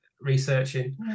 researching